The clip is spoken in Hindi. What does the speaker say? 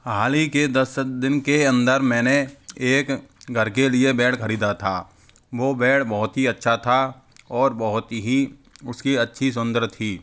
हाल ही के दस दिन के अंदर मैंने एक घर के लिए बेड खरीदा था वो बेड बहुत ही अच्छा था और बहुत ही उसकी अच्छी सौन्दर्य थी